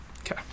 Okay